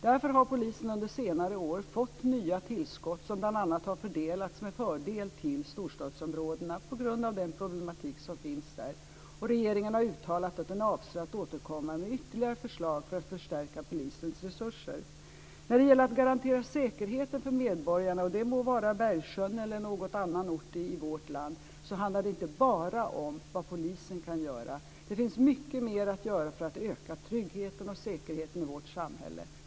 Därför har polisen under senare år fått nya tillskott som bl.a. har fördelats med fördel till storstadsområdena, på grund av den problematik som finns där. Regeringen har uttalat att man avser att återkomma med ytterligare förslag för att förstärka polisens resurser. När det gäller att garantera säkerheten för medborgarna - det må vara i Bergsjön eller någon annan ort i vårt land - handlar det inte bara om vad polisen kan göra. Det finns mycket mer att göra för att öka tryggheten och säkerheten i vårt samhälle.